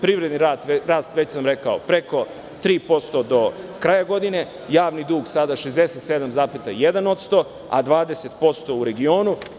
Privredni rast, već sam rekao, preko 3% do kraja godine., javni dug sada 67,1% a 20% u regionu.